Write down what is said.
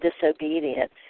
disobedient